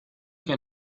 que